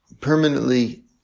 permanently